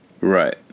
Right